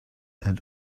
and